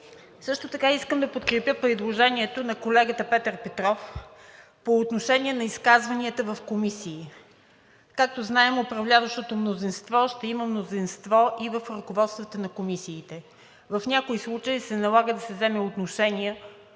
Също така искам да подкрепя предложението на колегата Петър Петров по отношение на изказванията в комисиите. Както знаем, управляващото мнозинство ще има мнозинство и в ръководствата на комисиите. В някои случаи се налага да се вземе отношение